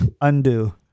Undo